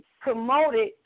promoted